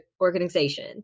organization